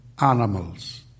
animals